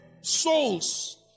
souls